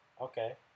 Okay